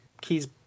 keys